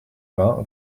vingts